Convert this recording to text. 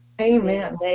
amen